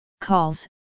calls